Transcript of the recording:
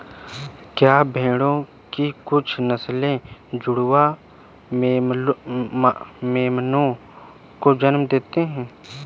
क्या भेड़ों की कुछ नस्लें जुड़वा मेमनों को जन्म देती हैं?